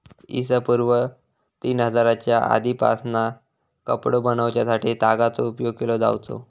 इ.स पूर्व तीन हजारच्या आदीपासना कपडो बनवच्यासाठी तागाचो उपयोग केलो जावचो